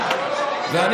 הבחירות.